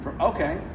okay